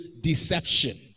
deception